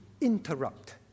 interrupt